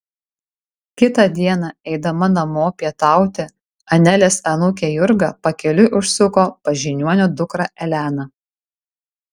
kitą dieną eidama namo pietauti anelės anūkė jurga pakeliui užsuko pas žiniuonio dukrą eleną